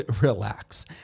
Relax